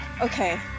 Okay